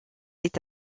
est